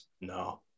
no